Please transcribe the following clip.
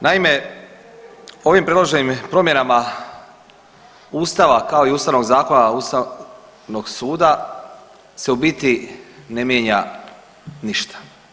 Naime, ovim predloženim promjenama Ustava i kao Ustavnog zakona Ustavnog suda se u biti ne mijenja ništa.